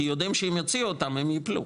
כי יודעים שאם יוציאו אותם הם יפלו.